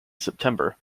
september